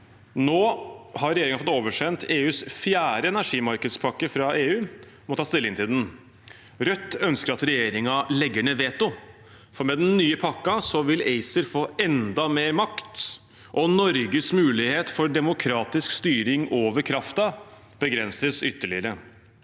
Nå har regjeringen fått oversendt EUs fjerde energimarkedspakke fra EU og må ta stilling til den. Rødt ønsker at regjeringen legger ned veto, for med den nye pakken vil ACER få enda mer makt, og Norges mulighet for demokratisk styring over kraften begrenses ytterligere.